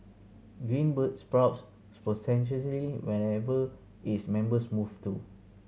Green Bird sprouts whenever its members move to